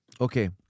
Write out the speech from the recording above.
Okay